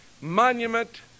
monument